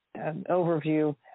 overview